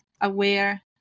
aware